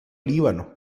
líbano